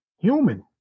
human